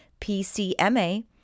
PCMA